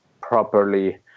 properly